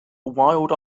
wild